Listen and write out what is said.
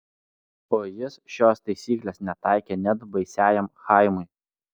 o jis šios taisyklės netaikė net baisiajam chaimui